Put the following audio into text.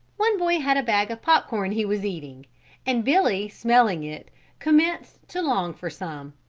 one boy had a bag of pop-corn he was eating and billy smelling it commenced to long for some.